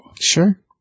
Sure